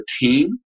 team